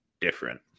different